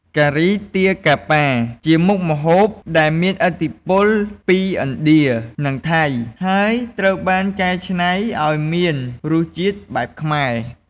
ការីទាកាប៉ា ជាមុខម្ហូបដែលមានឥទ្ធិពលពីឥណ្ឌា និងថៃ ហើយត្រូវបានកែច្នៃឱ្យមានរសជាតិបែបខ្មែរ។